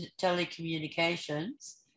telecommunications